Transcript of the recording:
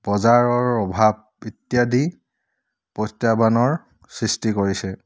বজাৰৰ অভাৱ ইত্যাদি প্ৰত্যাহ্বানৰ সৃষ্টি কৰিছে